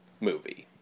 movie